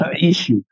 issue